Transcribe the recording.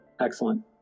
excellent